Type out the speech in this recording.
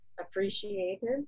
appreciated